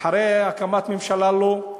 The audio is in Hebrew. אחרי הקמת ממשלה לא.